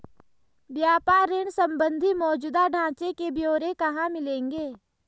व्यापार ऋण संबंधी मौजूदा ढांचे के ब्यौरे कहाँ मिलेंगे?